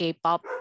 K-pop